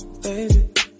baby